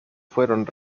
fueron